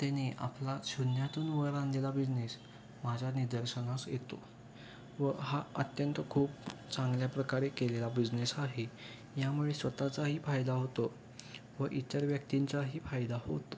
त्याने आपला शून्यातून व आणलेला बिझनेस माझ्या निदर्शनास येतो व हा अत्यंत खूप चांगल्या प्रकारे केलेला बिझनेस आहे यामुळे स्वत चाही फायदा होतो व इतर व्यक्तींचाही फायदा होतो